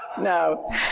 No